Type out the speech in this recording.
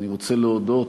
אני רוצה להודות